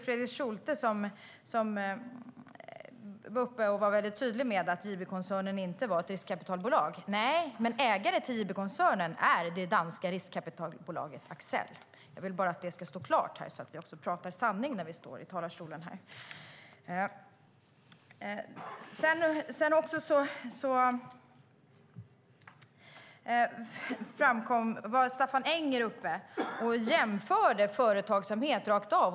Fredrik Schulte var tydlig med att JB-koncernen inte var ett riskkapitalbolag. Nej, men ägare till JB-koncernen är det danska riskkapitalbolaget Axcel. Jag vill att det ska stå klart här och att vi talar sanning när vi står i talarstolen. Staffan Anger var också uppe och jämförde företagsamhet rakt av.